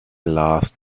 last